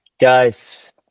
Guys